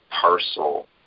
parcel